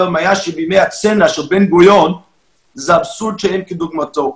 מאשר שבימי הצנע של בן גוריון זה אבסורד שאין כדוגמתו.